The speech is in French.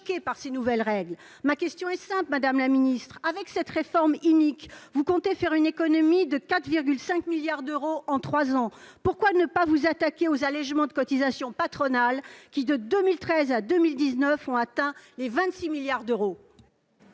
par ces nouvelles règles. Ma question est simple, madame la ministre. Avec cette réforme inique, vous comptez faire une économie de 4,5 milliards d'euros en trois ans. Pourquoi ne pas vous attaquer aux allégements de cotisations patronales, qui, de 2013 à 2019, ont atteint 26 milliards d'euros ?